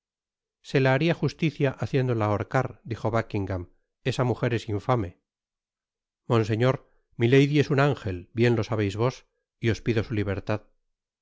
se ta haria justicia haciéndola ahorcar dijo buckingam esa mujer es infame monseñor milady es un ángel bien lo sabeis vos y os pido su libertad